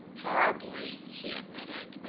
horribly, he admitted,